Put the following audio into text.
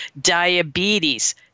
Diabetes